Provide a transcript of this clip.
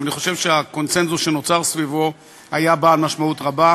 אבל אני חושב שהקונסנזוס שנוצר סביבו היה בעל משמעות רבה,